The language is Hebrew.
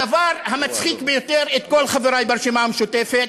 הדבר המצחיק ביותר את כל חברי ברשימה המשותפת,